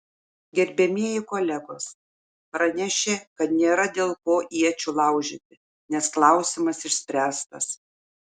gerbiamieji kolegos pranešė kad nėra dėl ko iečių laužyti nes klausimas išspręstas